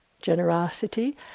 generosity